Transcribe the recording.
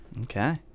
Okay